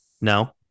no